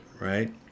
right